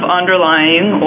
underlying